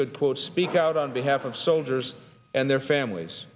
could quote speak out on behalf of soldiers and their families